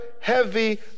heavy